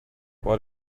what